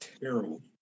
terrible